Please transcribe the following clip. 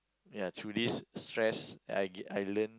ya through this stress that I get I learn